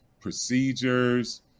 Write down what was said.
procedures